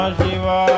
Shiva